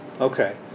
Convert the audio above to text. okay